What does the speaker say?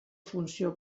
funció